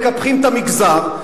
מקפחים את המגזר,